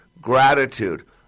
gratitude